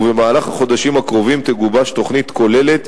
ובמהלך החודשים הקרובים תגובש תוכנית כוללת